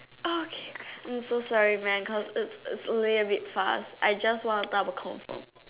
okay I'm so sorry man cause it's it's a little bit fast I just want to double confirm